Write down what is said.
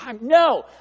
no